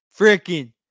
freaking